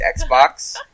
Xbox